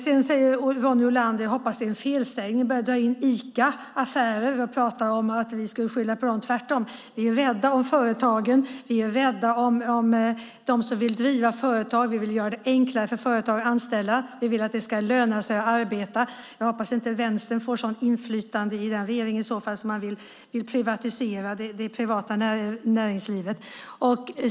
Sedan börjar Ronny Olander - jag hoppas att det är en felsägning - dra in Ica och affärer och pratar om att vi skulle skylla på dem. Vi är tvärtom rädda om företagen. Vi är rädda om dem som vill driva företag. Vi vill göra det enklare för företag att anställa. Vi vill att det ska löna sig att arbeta. Jag hoppas inte att Vänstern får sådant inflytande i den regeringen, i så fall, att man vill privatisera det privata näringslivet.